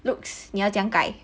looks 你要怎样改